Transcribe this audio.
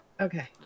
Okay